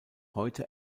heute